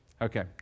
Okay